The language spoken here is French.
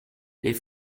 les